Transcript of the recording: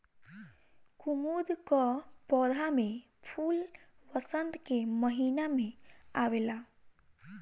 कुमुद कअ पौधा में फूल वसंत के महिना में आवेला